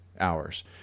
hours